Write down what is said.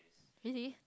really